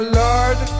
lord